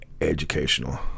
educational